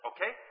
okay